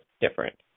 different